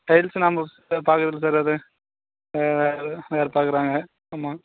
tiles நம்ப பார்க்குறது இல்லை சார் அது அது வேறு பார்க்குறாங்க ஆமாம்